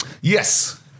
Yes